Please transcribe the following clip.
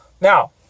Now